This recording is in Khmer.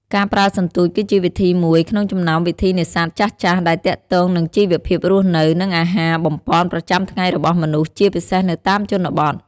ការប្រើសន្ទូចគឺជាវិធីមួយក្នុងចំណោមវិធីនេសាទចាស់ៗដែលទាក់ទងនឹងជីវភាពរស់នៅ និងអាហារបំប៉នប្រចាំថ្ងៃរបស់មនុស្ស ជាពិសេសនៅតាមជនបទ។